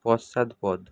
পশ্চাৎপদ